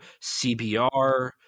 CBR